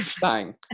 bang